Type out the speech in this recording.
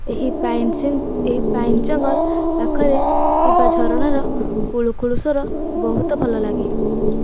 ଏହି ଏହି ପାଇନ ଜଙ୍ଗଲ ପାଖରେ ଥିବା ଝରଣାର କୁଳୁକୁଳୁ ସ୍ୱର ବହୁତ ଭଲ ଲାଗେ